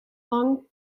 lang